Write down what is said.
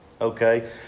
Okay